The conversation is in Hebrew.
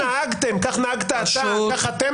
כך נהגתם, כך נהגת אתה, כך אתם נהגתם.